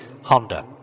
Honda